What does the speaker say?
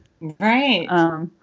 Right